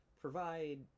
provide